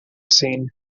scene